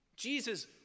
Jesus